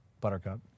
Buttercup